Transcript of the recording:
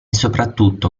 soprattutto